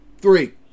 Three